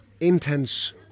intense